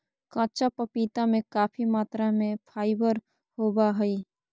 कच्चा पपीता में काफी मात्रा में फाइबर होबा हइ